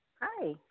Hi